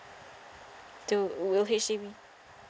to will H_D_B